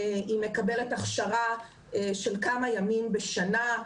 היא מקבלת הכשרה של כמה ימים בשנה.